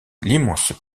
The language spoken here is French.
l’immense